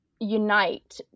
unite